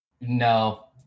No